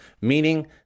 meaning